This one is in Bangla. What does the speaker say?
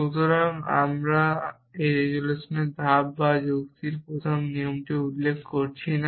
সুতরাং আমি রেজোলিউশনের ধাপ বা যুক্তির প্রথম নিয়মটি উল্লেখ করছি না